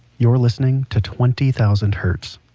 you're listening to twenty thousand hertz.